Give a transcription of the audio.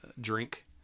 drink